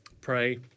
pray